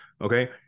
okay